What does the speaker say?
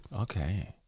Okay